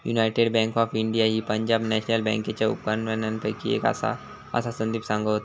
United bank of India ही Punjab national बँकेच्या उपकंपन्यांपैकी एक आसा, असा संदीप सांगा होतो